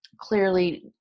clearly